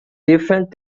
different